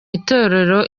itorero